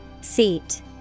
Seat